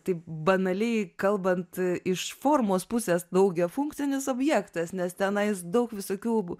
taip banaliai kalbant iš formos pusės daugiafunkcinis objektas nes tenais daug visokių